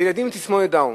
לילדים עם תסמונת דאון,